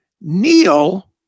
Neil